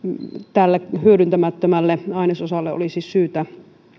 tälle hyödyntämättömälle ainesosalle olisi syytä